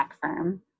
firm